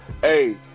Hey